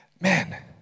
Man